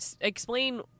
explain